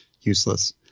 useless